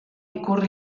ikur